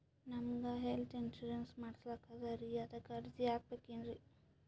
ನಮಗ health insurance ಮಾಡಸ್ಲಾಕ ಅದರಿ ಅದಕ್ಕ ಅರ್ಜಿ ಹಾಕಬಕೇನ್ರಿ?